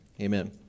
Amen